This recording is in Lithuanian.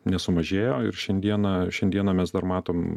nesumažėjo ir šiandieną šiandieną mes dar matom